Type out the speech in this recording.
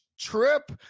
trip